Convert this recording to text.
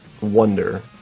wonder